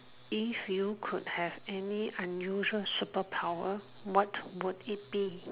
if you could have any unusual superpower what would it be